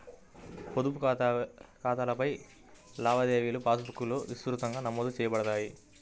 పొదుపు ఖాతాలపై లావాదేవీలుపాస్ బుక్లో విస్తృతంగా నమోదు చేయబడతాయి